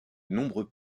nombreux